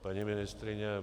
Paní ministryně...